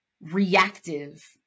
reactive